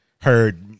heard